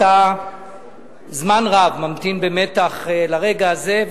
אתה זמן רב ממתין במתח לרגע זה,